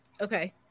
Okay